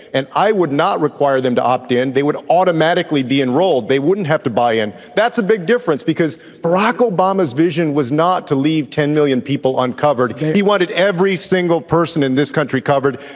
and i would not require them to opt in. they would automatically be enrolled. they wouldn't have to buy in. that's a big difference, because barack obama's vision was not to leave ten million people uncovered. he wanted every single person in this country covered.